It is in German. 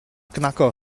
knacker